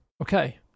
okay